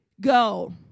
Go